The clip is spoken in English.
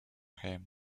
him